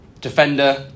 Defender